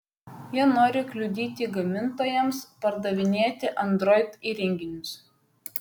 jie nori kliudyti gamintojams pardavinėti android įrenginius